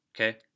Okay